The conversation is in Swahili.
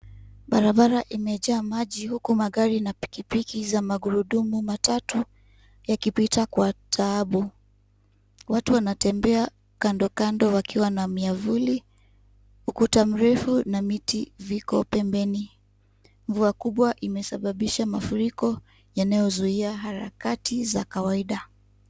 Barabara imejaa maji huku magari na pikipiki na za magurudumu matatu, yakipita kwa taabu. Watu wanatembea kandokando wakiwa na miavuli ukuta mrefu na miti iko pembeni. Wamebeba miavuli. Mvua kubwa imesababisha mafuriko yanayozuia harakati za kawaida.